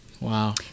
Wow